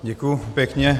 Děkuji pěkně.